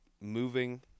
moving